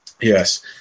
Yes